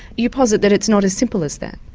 you posit that it's not as simple as that?